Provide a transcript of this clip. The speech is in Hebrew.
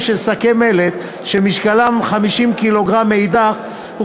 של שקי מלט שמשקלם 50 קילוגרם מאידך גיסא,